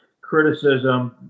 criticism